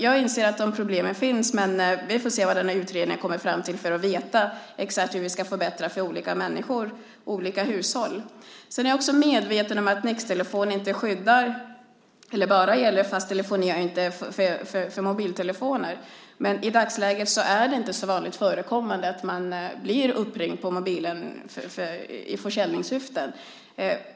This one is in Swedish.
Jag inser att de här problemen finns, men vi får avvakta vad utredningen kommer fram till för att veta exakt hur vi ska förbättra för olika människor och hushåll. Jag är också medveten om att Nix-Telefon bara gäller fast telefoni och inte mobiltelefoner. I dagsläget är det inte så vanligt förekommande att man blir uppringd på mobilen i försäljningssyfte.